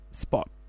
spot